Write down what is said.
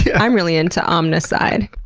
yeah i'm really into omnicide.